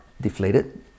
deflated